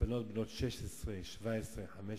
בנות 16, 17, 15,